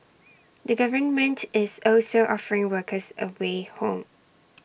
the government is also offering workers A way home